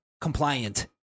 compliant